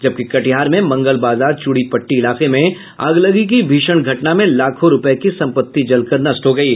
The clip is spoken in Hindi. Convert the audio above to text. जबकि कटिहार में मंगल बाजार चुड़ी पट्टी इलाके में अगलगी की भीषण घटना में लाखों रूपये की सम्पत्ति जलकर नष्ट हो गयी